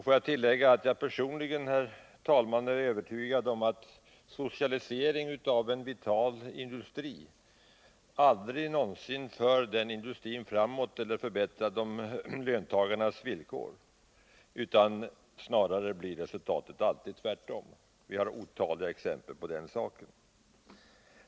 Får jag tillägga, herr talman, att jag personligen är övertygad om att socialisering av en vital industri aldrig någonsin för den industrin framåt eller förbättrar löntagarnas villkor. Snarare blir resultatet alltid tvärtom. Vi har otaliga exempel på den saken.